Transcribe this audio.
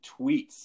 tweets